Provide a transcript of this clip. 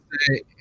say